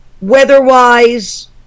Weather-wise